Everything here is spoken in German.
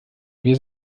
wir